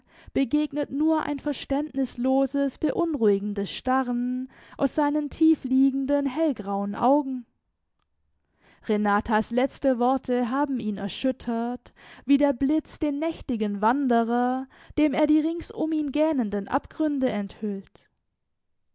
begegnet nur ein verständnisloses beunruhigendes starren aus seinen tiefliegenden hellgrauen augen renatas letzte worte haben ihn erschüttert wie der blitz den nächtigen wanderer dem er die rings um ihn gähnenden abgründe enthüllt